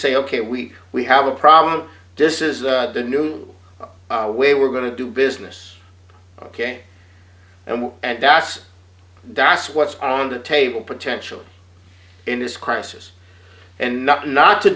say ok we we have a problem disses the new way we're going to do business ok and and that's that's what's on the table potential in this crisis and not not to